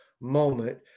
moment